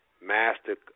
master